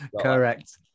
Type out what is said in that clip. Correct